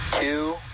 two